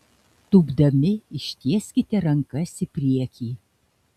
tūpdami ištieskite rankas į priekį